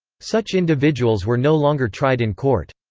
such individuals were no longer tried in court.